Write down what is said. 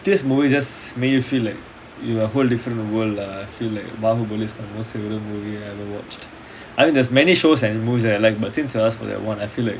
this movie just make you feel like you are in a whole different world lah I feel like பாகுபலி:baagubali is my most favourite movie I've ever watched I mean there's many shows and movies that I like but since you asked for that [one] I feel like